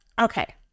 Okay